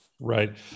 right